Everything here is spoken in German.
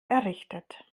errichtet